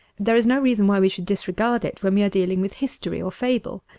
there is no reason why we should disregard it when we are dealing with history or fable.